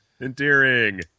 Endearing